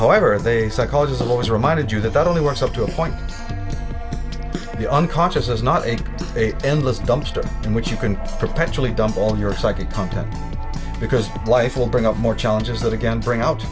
however they psychologists always reminded you that that only works up to a point the unconscious is not an endless dumpster in which you can perpetually dump on your psyche content because life will bring out more challenges that again bring out